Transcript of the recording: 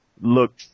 look